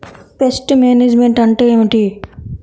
Pest management అంటే ఏమిటి?